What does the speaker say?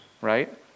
right